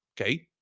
Okay